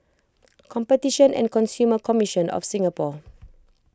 Competition and Consumer Commission of Singapore